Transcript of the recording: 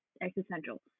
existential